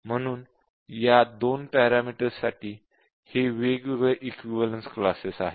म्हणून या २ पॅरामीटर्स साठी हे वेगवेगळे इक्विवलेन्स क्लासेस आहेत